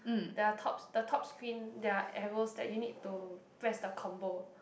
there are tops the top screen there are arrows that you need to press the combo